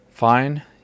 fine